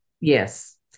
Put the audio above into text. Yes